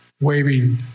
waving